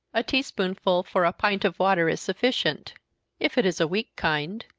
a tea-spoonful for a pint of water is sufficient if it is a weak kind,